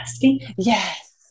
Yes